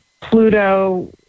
Pluto